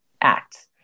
ACT